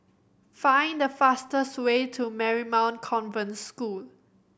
find the fastest way to Marymount Convent School